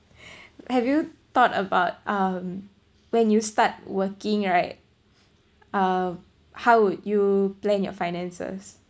have you thought about um when you start working right uh how would you plan your finances